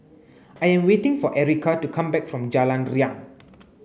I am waiting for Erika to come back from Jalan Riang